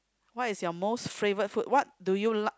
what is your most favourite food what do you like